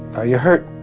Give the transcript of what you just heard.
are you hurt?